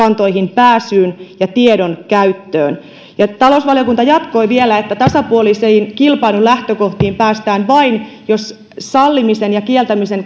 pääsyyn ja tiedon käyttöön ja talousvaliokunta jatkoi vielä että tasapuolisiin kilpailun lähtökohtiin päästään vain jos sallimisen ja kieltämisen